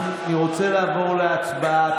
אני רוצה לעבור להצבעה.